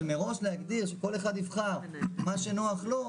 אבל מראש להגדיר שכל אחד יבחר מה שנוח לו,